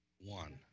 one